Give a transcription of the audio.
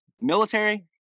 military